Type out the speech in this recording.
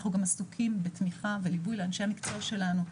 אנחנו גם עסוקים בתמיכה וליווי לאנשי המקצוע שלנו.